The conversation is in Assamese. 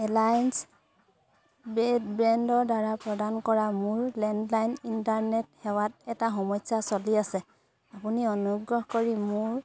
এলায়েন্স ব্ৰডবেণ্ডৰদ্বাৰা প্ৰদান কৰা মোৰ লেণ্ডলাইন ইণ্টাৰনেট সেৱাত এটা সমস্যা চলি আছে আপুনি অনুগ্ৰহ কৰি মোৰ